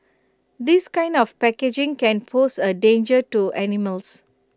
this kind of packaging can pose A danger to animals